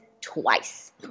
twice